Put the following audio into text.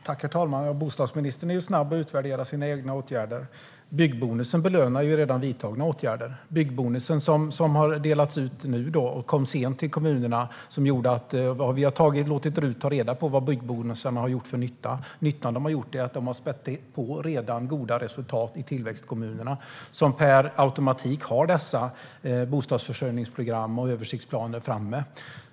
Herr talman! Bostadsministern är snabb med att utvärdera sina egna åtgärder. Byggbonusen belönar redan vidtagna åtgärder. Byggbonusen har nu delats ut och kom sent till kommunerna. Vi har låtit RUT ta reda på vilken nytta byggbonusarna har gjort. Det de har gjort är att de har spätt på redan goda resultat i tillväxtkommunerna, som per automatik har dessa bostadsförsörjningsprogram och översiktsplaner.